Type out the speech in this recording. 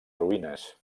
ruïnes